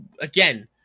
again